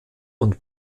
und